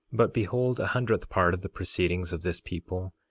but behold, a hundredth part of the proceedings of this people,